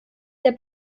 der